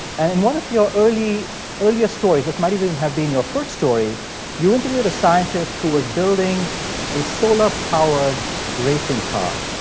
and in one of your earliest stories this might even and have been your first story you interviewed a scientist who was building a solar-powered racing car.